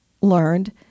learned